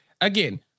again